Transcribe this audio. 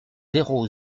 zéro